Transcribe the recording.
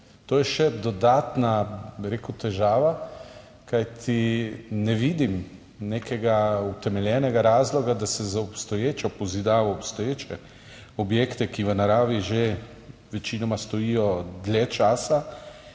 To je še dodatna težava, kajti ne vidim nekega utemeljenega razloga, da se za obstoječo pozidavo, za obstoječe objekte, ki v naravi večinoma stojijo že dlje časa,